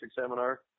seminar